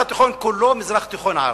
המזרח התיכון כולו הוא מזרח-תיכון ערבי,